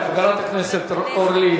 חברת הכנסת אורלי.